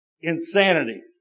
insanity